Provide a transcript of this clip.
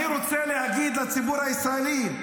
אני רוצה להגיד לציבור הישראלי: